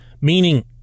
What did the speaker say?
meaning